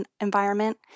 environment